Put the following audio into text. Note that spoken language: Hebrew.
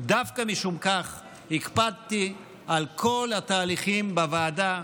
דווקא משום כך הקפדתי על כל התהליכים בוועדה.